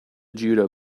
judo